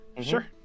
sure